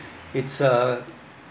it's a